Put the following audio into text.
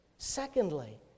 Secondly